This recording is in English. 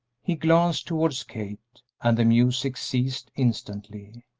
he glanced towards kate, and the music ceased instantly.